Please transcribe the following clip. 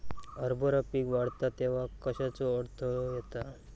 हरभरा पीक वाढता तेव्हा कश्याचो अडथलो येता?